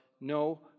no